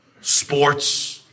Sports